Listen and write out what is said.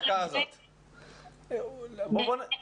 תודה רבה, רחלי.